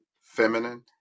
feminine